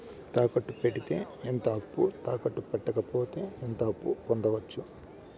తాకట్టు పెడితే ఎంత అప్పు, తాకట్టు పెట్టకపోతే ఎంత అప్పు పొందొచ్చు?